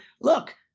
look